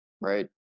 Right